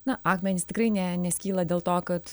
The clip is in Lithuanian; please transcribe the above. na akmenys tikrai ne neskyla dėl to kad